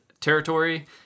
territory